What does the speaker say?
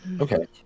Okay